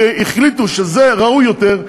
כי החליטו שזה ראוי יותר,